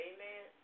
Amen